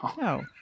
No